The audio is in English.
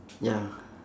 ya